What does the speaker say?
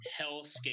hellscape